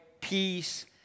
peace